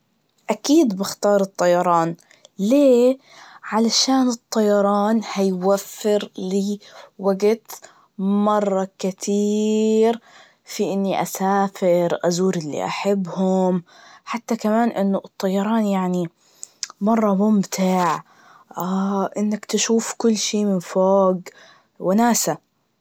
أكيد بختار الطيران, ليه؟ علشان الطيران هيوفر لي وقت مرة كتييير في إني أسافر, أزور اللي أحبهم, حتى كمان إنه الطيران يعني مرة ممتع, إنك تشوف كل شي من فوق, وناسة.